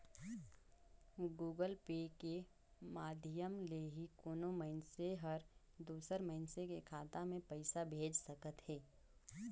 Google Pay के माधियम ले ही कोनो मइनसे हर दूसर मइनसे के खाता में पइसा भेज सकत हें